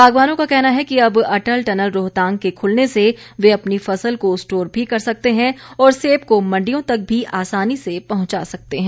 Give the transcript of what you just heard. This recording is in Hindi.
बागवानों का कहना है कि अब अटल टनल रोहतांग के खुलने से वे अपनी फसल को स्टोर भी कर सकते हैं और सेब को मंडियों तक भी आसानी से पहंचा सकते हैं